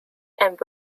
and